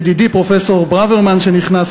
ידידי פרופסור ברוורמן שנכנס,